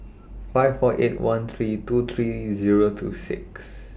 five four eight one three two three Zero two six